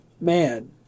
man